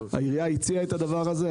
העירייה הציעה את הדבר הזה.